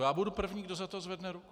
Já budu první, kdo za to zvedne ruku.